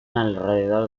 alrededor